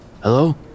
Hello